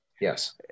Yes